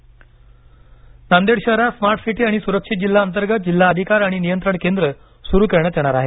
शहर नियंत्रण नांदेड शहरात स्मार्ट सिटी आणि सुरक्षित जिल्हा अंतर्गत जिल्हा अधिकार आणि नियंत्रण केंद्र सुरू करण्यात येणार आहे